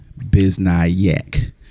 biznayak